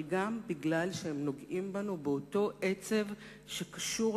אבל גם כי הם נוגעים בנו באותו עצב שקשור